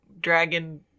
Dragon